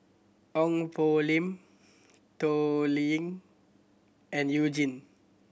Ong Poh Lim Toh Liying and You Jin